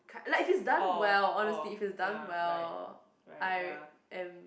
k~ like if it's done well honestly if it's done well I am